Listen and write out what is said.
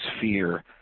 fear